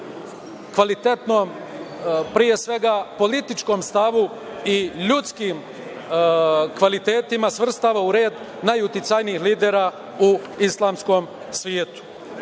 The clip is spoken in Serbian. kvalitetnom pre svega političkom stavu i ljudskim kvalitetima, svrstava u red najuticajnijih lidera u islamskom svetu. Mislim